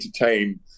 entertain